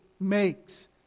makes